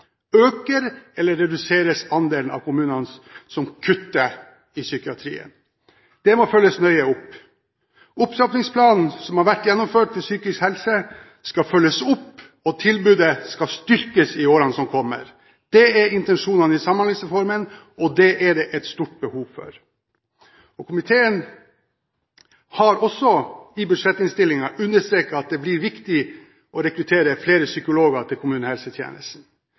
Øker eller reduseres andelen av kommuner som kutter i psykiatrien? Det må følges nøye opp. Opptrappingsplanen som har vært gjennomført i psykisk helse, skal følges opp, og tilbudet skal styrkes i årene som kommer. Det er intensjonen i Samhandlingsreformen. Det er det et stort behov for. Komiteen har også i budsjettinnstillingen understreket at det blir viktig å rekruttere flere psykologer til kommunehelsetjenesten.